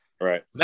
Right